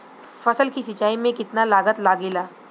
फसल की सिंचाई में कितना लागत लागेला?